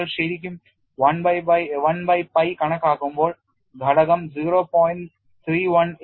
നിങ്ങൾ ശരിക്കും 1 by pi കണക്കാക്കുമ്പോൾ ഘടകം 0